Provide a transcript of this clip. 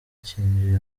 cyinjiye